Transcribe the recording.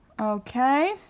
Okay